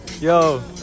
yo